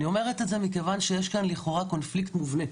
אני אומרת את זה מכיוון שיש כאן לכאורה קונפליקט מובנה